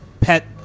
pet